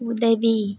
உதவி